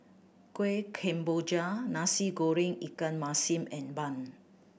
Kuih Kemboja Nasi Goreng ikan masin and bun